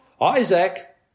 Isaac